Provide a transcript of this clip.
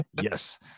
Yes